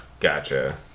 Gotcha